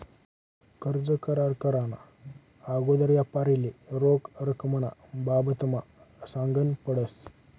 कर्ज करार कराना आगोदर यापारीले रोख रकमना बाबतमा सांगनं पडस